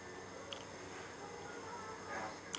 बैंकें कर्जा दै बास्ते आपनो कुछ शर्त राखै छै